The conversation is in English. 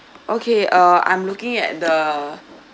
okay uh I'm looking at the